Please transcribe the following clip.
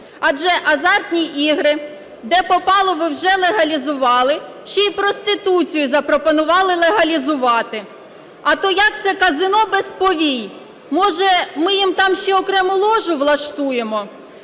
Адже азартні ігри де попало ви вже легалізували, ще й проституцію запропонували легалізувати. А то як це казино без повій? Може ми їм там ще окрему ложу влаштуємо.